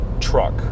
truck